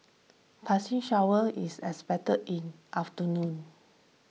passing showers is expected in afternoon